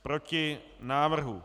Proti návrhu.